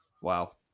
Wow